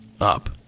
up